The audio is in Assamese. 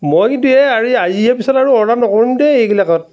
মই কিন্তু এই ইয়াৰ পিছত আৰু অৰ্ডাৰ নকৰিম দেই এইবিলাকত